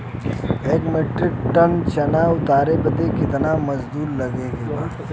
एक metric ton चना उतारे बदे कितना मजदूरी लगे ला?